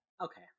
Okay